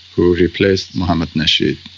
who replaced mohamed nasheed,